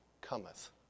Cometh